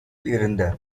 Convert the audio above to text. இருந்த